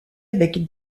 avec